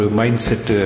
mindset